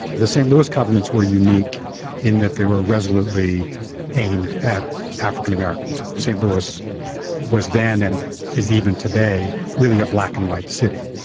the st louis covenants were unique in that they were resolutely aimed at african-americans. st louis was then and is even today really a black and white city.